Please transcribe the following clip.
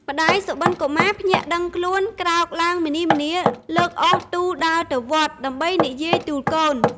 ម្តាយសុបិនកុមារភ្ញាក់ដឹងខ្លួន ក្រោកឡើងម្នីម្នាលើកអុសទូលដើរទៅវត្ត ដើម្បីនិយាយទូលកូន ។